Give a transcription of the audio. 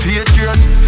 Patriots